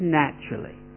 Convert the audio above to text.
naturally